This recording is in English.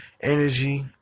Energy